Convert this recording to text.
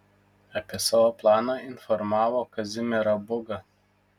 apie savo planą informavo kazimierą būgą